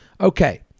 Okay